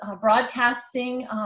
Broadcasting